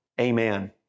Amen